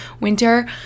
winter